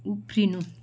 उफ्रिनु